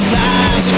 time